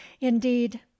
indeed